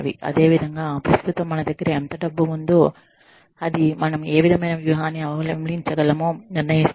అదేవిధంగా ప్రస్తుతం మన దగ్గర ఎంత డబ్బు ఉందో అది మనం ఏ విధమైన వ్యూహాన్ని అవలంబించగలమో నిర్ణయిస్తుంది